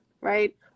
right